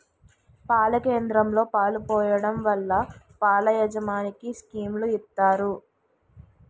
పాల కేంద్రంలో పాలు పోయడం వల్ల పాల యాజమనికి స్కీములు ఇత్తారు